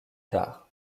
tard